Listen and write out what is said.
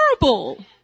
terrible